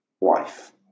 wife